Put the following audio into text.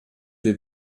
wir